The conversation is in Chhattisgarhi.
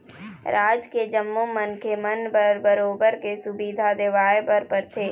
राज के जम्मो मनखे मन बर बरोबर के सुबिधा देवाय बर परथे